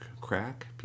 crack